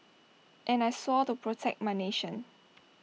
and I swore to protect my nation